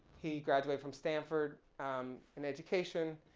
he graduated from stanford um in education.